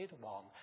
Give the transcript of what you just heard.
one